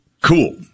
cool